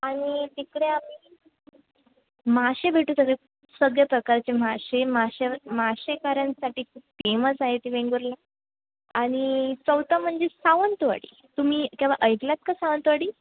आणि तिकडे आम्ही मासे भेटू सगळे सगळे प्रकारचे मासे मासे मासेकऱ्यांसाठी खूप फेमस आहे ते वेंगुर्ला आणि चौथं म्हणजे सावंतवाडी तुम्ही केव्हा ऐकला आहेत का सावंतवाडी